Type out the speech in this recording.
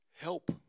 help